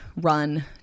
run